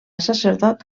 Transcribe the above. sacerdot